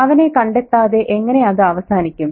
അവനെ കണ്ടെത്താതെ എങ്ങനെ അത് അവസാനിക്കും